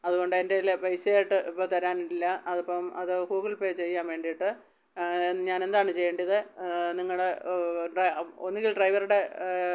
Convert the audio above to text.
അതുകൊണ്ട് എൻ്റെ കയില് പൈസയായിട്ട് ഇപ്പോൾ തരാൻ ഇല്ല അതിപ്പം അത് ഗൂഗിൾ പേ ചെയ്യാൻ വേണ്ടിയിട്ട് ഞാനെന്താണ് ചെയ്യേണ്ടത് നിങ്ങളുടെ ഡ്ര ഒന്നെങ്കിൽ ഡ്രൈവറുടെ